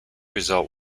result